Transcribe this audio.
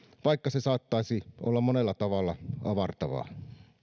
vaikka se saattaisi olla monella tavalla avartavaa